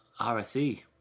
RSE